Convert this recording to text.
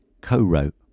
co-wrote